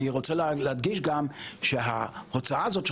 אני רוצה להדגיש גם שההוצאה הזאת של